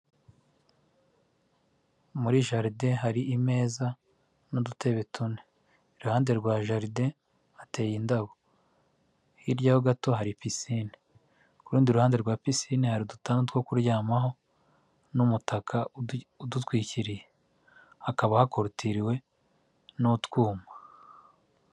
Muri jaride hari imeza n'udutebe tune, iruhande rwa jaride hateye indabo, hiryaho gato hari pisinine. Ku rundi ruhande rwa pisine hari udutanda two kuryamaho n'umutaka udutwikiriye, hakaba hakurokitiriwe n'utwuma.